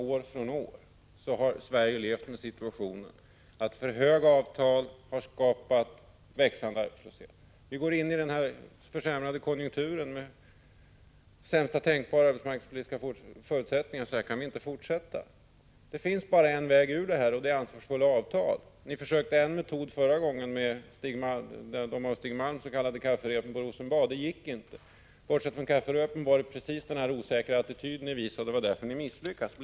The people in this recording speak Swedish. År från år har Sverige levt med situationen att för höga avtal har skapat växande arbetslöshet. Vi går in i den försämrade konjunkturen med sämsta tänkbara arbetsmarknadspolitiska förutsättningar. Så här kan vi inte fortsätta. Det finns bara en väg ur detta, och det är ansvarsfulla avtal. Ni försökte en metod förra gången med vad Stig Malm kallade ”kafferep” på Rosenbad. Det gick inte. Bortsett från ”kafferepen” var det precis den här osäkra attityden ni visade. Det var därför ni misslyckades.